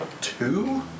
Two